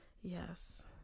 Yes